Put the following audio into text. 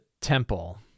temple